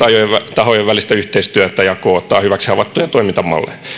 tahojen välistä yhteistyötä ja kootaan hyväksi havaittuja toimintamalleja